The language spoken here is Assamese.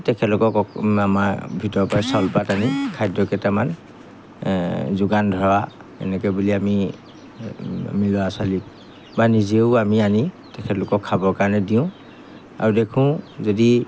তেখেতলোকক আমাৰ ভিতৰৰপৰাই চাউল পাত আনি খাদ্যকেইটামান যোগান ধৰা এনেকৈ বুলি আমি আমি ল'ৰা ছোৱালীক বা নিজেও আমি আনি তেখেতলোকক খাবৰ কাৰণে দিওঁ আৰু দেখোঁ যদি